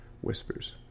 whispers